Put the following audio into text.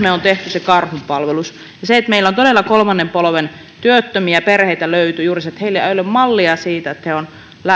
me olemme tehneet sen karhunpalveluksen ja meillä on todella kolmannen polven työttömiä perheitä löytyy joilla on juuri se että heillä ei ole mallia siitä että he